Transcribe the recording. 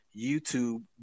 YouTube